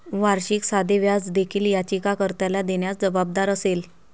वार्षिक साधे व्याज देखील याचिका कर्त्याला देण्यास जबाबदार असेल